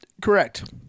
correct